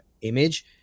image